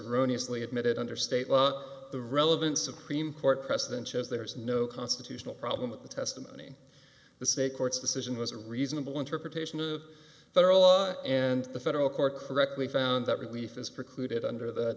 erroneous lee admitted under state law but the relevant supreme court precedent shows there is no constitutional problem with the testimony the say court's decision was a reasonable interpretation of federal law and the federal court correctly found that relief is precluded under that